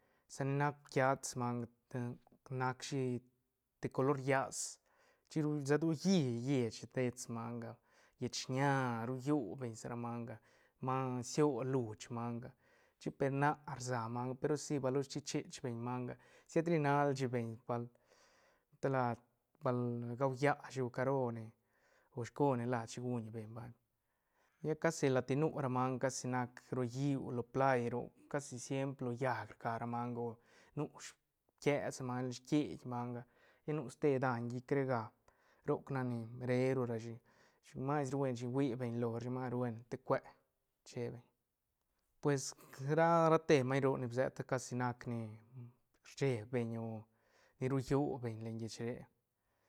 Sa ni nac piats manga nacshi te color llas chic ru shadolli llech dets manga llech shiña rullo beñ sa ra manga ma siol luch manga chi pe na rsa manga pe ru si bal losh chi chech beñ manga siet rinal shi beñ bal te lad bal gaulla shi o caro ne o shicos ne lashi guñ beñ vay lla cashi lat ni nu ra manga casi nac ro lliú lo plaí roc casi siempr lo llaäc rca ra manga o nu spiets manga quiet manga lla nu ste daiñ llic re rega roc nac ni re ru ra shi chic mais ru bueñ chin rui beñ lo rashi mas ru burn te cue che beñ pues ra- ra te maiñ roc ni bisite casi nac ni rcheeb beñ o ni rullo beñ el lleich re.